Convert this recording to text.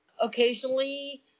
occasionally